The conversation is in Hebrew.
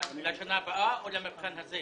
לשנה הבאה או למבחן הזה?